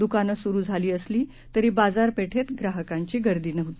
दुकानं सुरु झाली असली तरी बाजारपेठेत ग्राहकांची गर्दी नव्हती